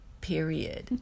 period